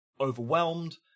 overwhelmed